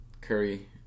Curry